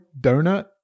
donut